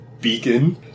beacon